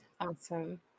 Awesome